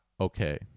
okay